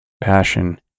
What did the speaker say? passion